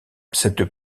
cette